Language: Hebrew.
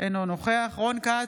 אינו נוכח רון כץ,